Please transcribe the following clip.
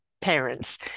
parents